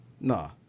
Nah